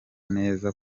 neza